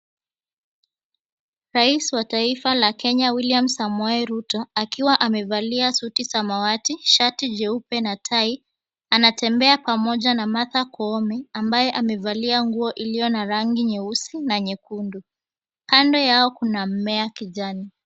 Rais wa taifa la Kenya, William Samoei Ruto, akiwa amevalia suti samawati, shati jeupe na tai, anatembea pamoja na Martha Koome, ambaye amevalia nguo iliyo na rangi nyeusi na nyekundu. Kando yao kuna mmea kijani.